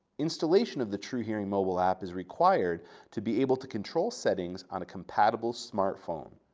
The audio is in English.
installation of the truhearing mobile app is required to be able to control settings on a compatible smartphone.